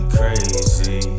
crazy